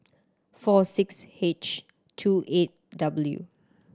four six H two eight W